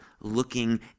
looking